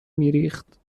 میریخت